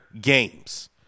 games